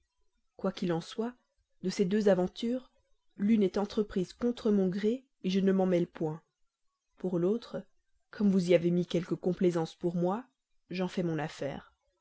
qu'il en soit de ces deux aventures l'une est entreprise contre mon gré je ne m'en mêle point pour l'autre comme vous y avez mis quelque complaisance pour moi j'en fais mon affaire